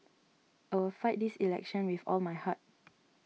I will fight this election with all my heart